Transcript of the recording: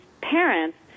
parents